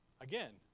Again